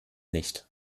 nicht